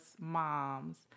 moms